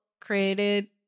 created